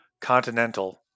continental